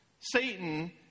Satan